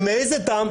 ומאיזה טעם?